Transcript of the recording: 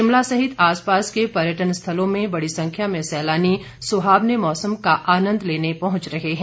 शिमला सहित आसपास के पर्यटन स्थलों में बड़ी संख्या में सैलानी सुहावने मौसम का आनंद लेने पहुंच रहे हैं